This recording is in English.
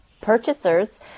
purchasers